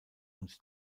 und